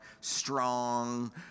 strong